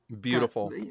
Beautiful